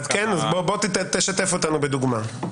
תשתף אותנו בדוגמה.